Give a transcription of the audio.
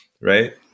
right